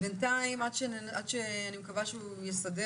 בינתיים, עד שהוא יסדר